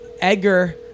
Edgar